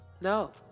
No